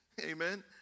amen